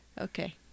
Okay